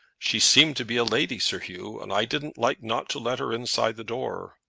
she seemed to be a lady, sir hugh, and i didn't like not to let her inside the door.